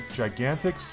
gigantic